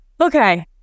okay